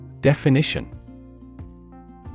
Definition